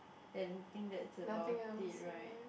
then think that's about it right